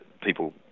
People